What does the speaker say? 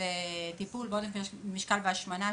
לטיפול בעודף משקל ובהשמנה,